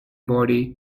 body